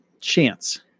chance